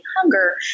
hunger